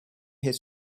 his